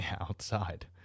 outside